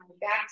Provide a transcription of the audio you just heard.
back